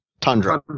Tundra